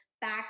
back